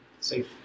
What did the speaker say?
safe